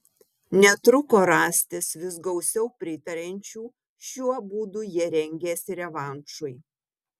netruko rastis vis gausiau pritariančių šiuo būdu jie rengėsi revanšui